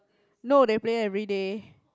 no they play everyday